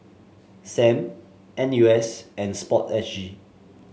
Sam N U S and sport S G